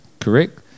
correct